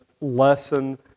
lesson